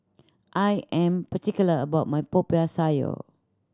I am particular about my Popiah Sayur